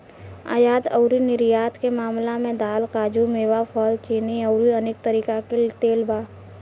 आयात अउरी निर्यात के मामला में दाल, काजू, मेवा, फल, चीनी अउरी अनेक तरीका के तेल बा